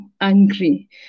angry